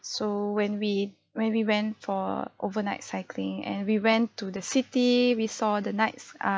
so when we when we went for overnight cycling and we went to the city we saw the nights err